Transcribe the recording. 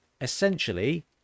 essentially